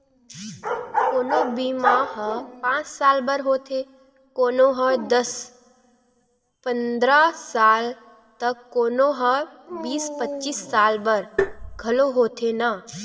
कोनो बीमा ह पाँच साल बर होथे, कोनो ह दस पंदरा साल त कोनो ह बीस पचीस साल बर घलोक होथे न